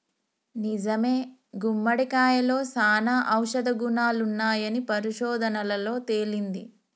నిజమే గుమ్మడికాయలో సానా ఔషధ గుణాలున్నాయని పరిశోధనలలో తేలింది